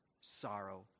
sorrow